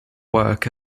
work